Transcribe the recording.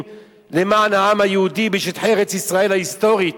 למען העם היהודי בשטחי ארץ-ישראל ההיסטורית,